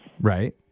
Right